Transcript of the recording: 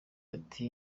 ati